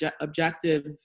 objective